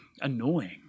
annoying